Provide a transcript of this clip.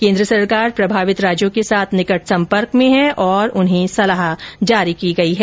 केन्द्र सरकार प्रभावित राज्यों के साथ निकट सम्पर्क में है और उन्हें सलाह जारी की गई है